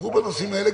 תדברו גם בנושאים האלה,